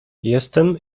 jestem